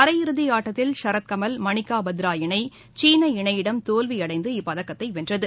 அரையிறுதிஆட்டத்தில் சரத்கமல் மணிக்காபத்ரா இணை சீன இணையிடம் தோல்விஅடைந்து இப்பதக்கத்தைவென்றது